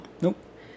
Nope